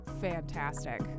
fantastic